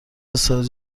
سایز